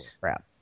crap